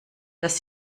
dass